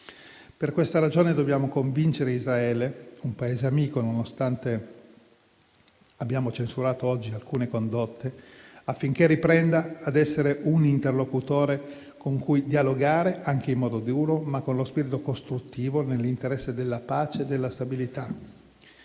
Per questa ragione dobbiamo convincere Israele, un Paese amico, nonostante oggi ne abbiamo censurato alcune condotte, affinché riprenda ad essere un interlocutore con cui dialogare, anche in modo duro, ma con spirito costruttivo, nell'interesse della pace e della stabilità.